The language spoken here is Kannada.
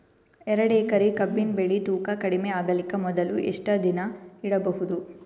ಎರಡೇಕರಿ ಕಬ್ಬಿನ್ ಬೆಳಿ ತೂಕ ಕಡಿಮೆ ಆಗಲಿಕ ಮೊದಲು ಎಷ್ಟ ದಿನ ಇಡಬಹುದು?